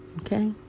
okay